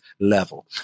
level